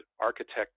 architect